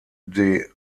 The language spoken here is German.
des